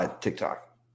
TikTok